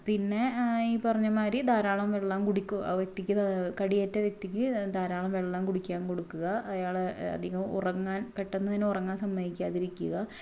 പിന്നെ ഈ പറഞ്ഞ മാതിരി ധാരാളം വെള്ളം കുടിക്കും ആ വ്യക്തിക്ക് കടിയേറ്റ വ്യക്തിക്ക് ധാരാളം വെള്ളം കുടിക്കാൻ കൊടുക്കുക അയാളെ അധികം ഉറങ്ങാൻ പെട്ടെന്ന് തന്നെ ഉറങ്ങാൻ സമ്മതിക്കാതിരിക്കുക